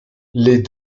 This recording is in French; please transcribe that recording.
les